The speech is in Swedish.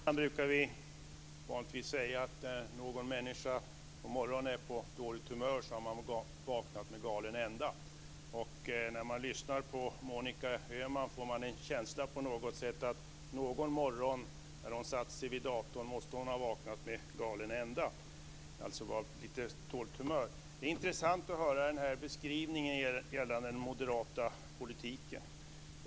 Herr talman! När någon människa är på dåligt humör på morgonen brukar vi i Norrland säga att hon har vaknat med galen ända. När man lyssnar på Monica Öhman får man en känsla av att någon morgon när hon satte sig vid datorn måste hon ha vaknat med galen ända, alltså varit på dåligt humör. Det är intressant att höra beskrivningen av den moderata politiken.